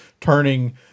turning